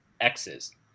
X's